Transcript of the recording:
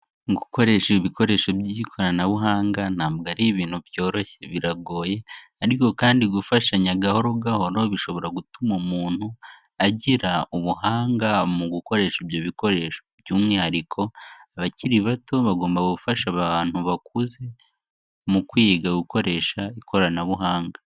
Gukoresha ibikoresho by'ikoranabuhanga ntabwo ari ibintu byoroshye biragoye, ariko kandi gufashanya gahoro gahoro bishobora gutuma umuntu agira ubuhanga mu gukoresha ibyo bikoresho, by'umwihariko abakiri bato bagomba gufasha abantu bakuze mu kwiga gukoresha ikoranabuhanga.